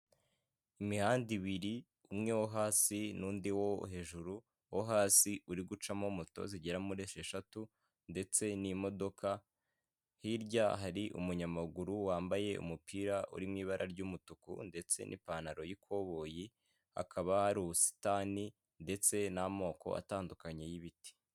Iduka ricuruza ibikoresho bigiye bitandukanye, hakaba hari umuntu ukoramo wambaye ishati y'umweru ndetse unicaye, imbere ye hari mudasobwa, hari akabati kari imbere ye kariho igiti kiri mu ivaze, hirya hari ibikoresho bagenda bacuruza birimo amabaga, uduseke, ndetse n'imyenda.